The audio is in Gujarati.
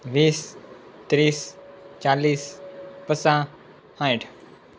વીસ ત્રીસ ચાલીસ પચાસ સાઇઠ